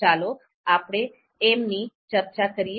ચાલો આપણે એમની ચર્ચા કરીએ